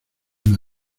una